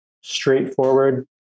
straightforward